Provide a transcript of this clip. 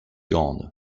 grande